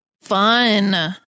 Fun